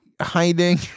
hiding